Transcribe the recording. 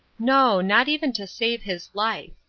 no. not even to save his life.